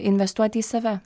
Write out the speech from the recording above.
investuoti į save